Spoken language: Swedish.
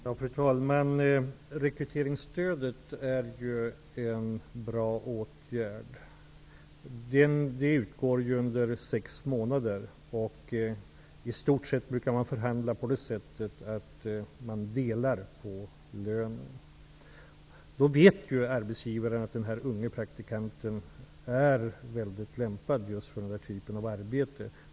Fru talman! Rekryteringsstödet är en bra åtgärd. Det utgår ju under sex månader. Vidare brukar ju lönekostnaderna delas. Då vet ju arbetsgivaren att den unga praktikanten är lämpad för just den typen av arbete.